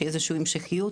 שתהיה איזושהי המשכיות,